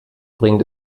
bringt